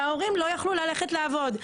וההורים לא יכלו ללכת לעבוד.